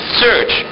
search